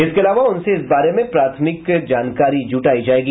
इसके अलावा उनसे इस बारे में प्राथमिक जानकारी जुटाई जाएगी